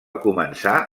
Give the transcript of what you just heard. començar